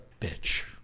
bitch